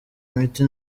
imiti